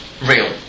Real